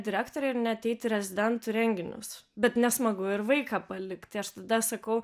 direktorė ir neateit į rezidentų renginius bet nesmagu ir vaiką palikt tai aš tada sakau